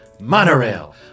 Monorail